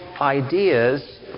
ideas